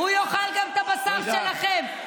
הוא יאכל גם את הבשר שלכם.